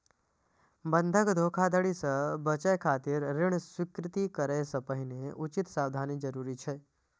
बंधक धोखाधड़ी सं बचय खातिर ऋण स्वीकृत करै सं पहिने उचित सावधानी जरूरी छै